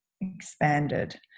expanded